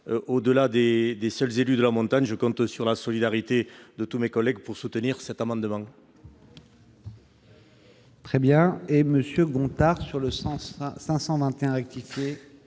Au-delà des seuls élus de la montagne, je compte sur la solidarité de tous mes collègues pour soutenir cet amendement.